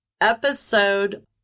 Episode